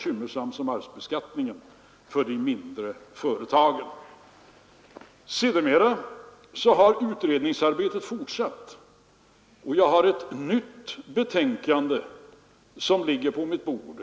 Förmögenhetsbeskattningen är lika bekymmersam som arvsbeskattningen för de mindre företagen. Sedermera har utredningsarbetet fortsatt, och jag har ett nytt betänkande som ligger på mitt bord.